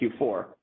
Q4